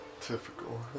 typical